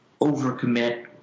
overcommit